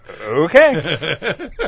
Okay